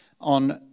on